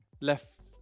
left